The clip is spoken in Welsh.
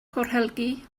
corhelgi